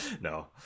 No